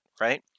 right